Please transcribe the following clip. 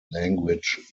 language